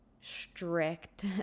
strict